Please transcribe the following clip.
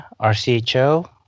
RCHO